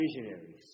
visionaries